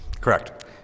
Correct